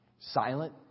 silent